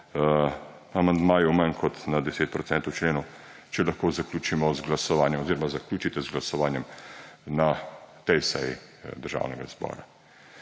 amandmajev manj kot na 10 procentov členov, če lahko zaključimo z glasovanjem oziroma zaključite z glasovanjem tej seji Državnega zbora.